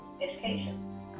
education